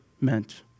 meant